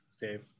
Dave